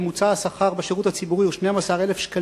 הממוצע בשירות הציבורי הוא 12,000 ש"ח.